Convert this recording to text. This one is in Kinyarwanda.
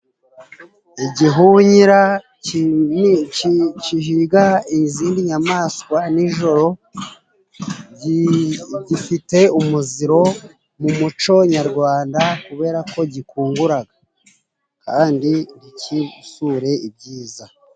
Igihunyira gihiga izindi nyamaswa nijoro. Gifite umuziro mu muco nyarwanda kubera ko gikungura, kandi ntigisure ibyiza.